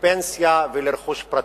לפנסיה ולרכוש פרטי.